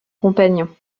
compagnon